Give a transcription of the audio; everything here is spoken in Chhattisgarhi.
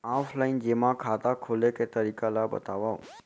ऑफलाइन जेमा खाता खोले के तरीका ल बतावव?